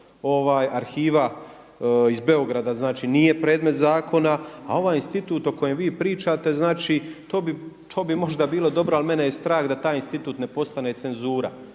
Arhiva iz Beograda znači nije predmet zakona a ovaj institut o kojem vi pričate, znači to bi možda bilo dobro ali mene je strah da taj institut ne postane cenzura